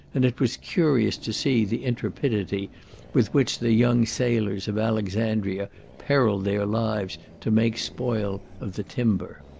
and it was curious to see the intrepidity with which the young sailors of alexandria periled their lives to make spoil of the timber.